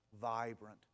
vibrant